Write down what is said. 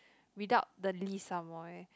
without the list somewhere